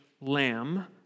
lamb